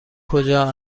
کجا